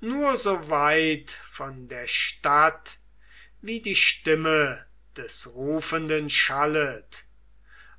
nur so weit von der stadt wie die stimme des rufenden schallet